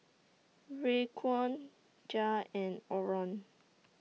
Raekwon Jair and Orland